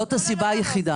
זו הסיבה היחידה.